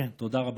תודה רבה.